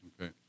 okay